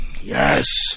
Yes